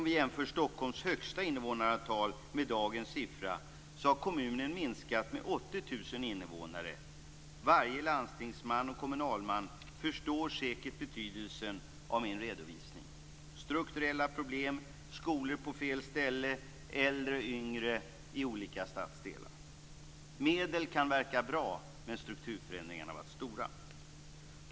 Vi kan också jämföra Då finner vi att kommunen har minskat med 80 000 Varje landstingsman och kommunalman förstår säkert betydelsen av min redovisning: strukturella problem, skolor på fel ställen, äldre och yngre i olika stadsdelar. Genomsnittet kan verka vara bra, men strukturförändringarna har varit stora.